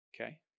Okay